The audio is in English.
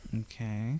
Okay